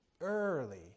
Early